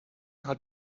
hat